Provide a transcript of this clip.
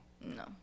no